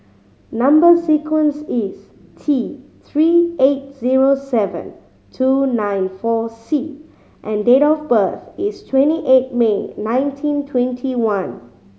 number sequence is T Three eight zero seven two nine four C and date of birth is twenty eight May nineteen twenty one